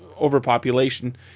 overpopulation